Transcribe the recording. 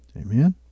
Amen